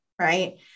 right